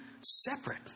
separate